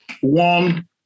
one